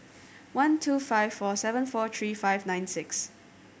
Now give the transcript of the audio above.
one two five four seven four three five nine six